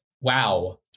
Wow